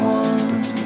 one